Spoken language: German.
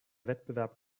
wettbewerb